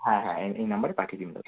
হ্যাঁ হ্যাঁ এই এই নম্বরে পাঠিয়ে দিন দাদা